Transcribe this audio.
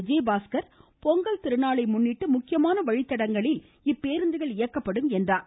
விஜயபாஸ்கர் பொங்கல் திருநாளை துறை முன்னிட்டு முக்கியமான வழித்தடங்களில் இப்பேருந்துகள் இயக்கப்படும் என்றார்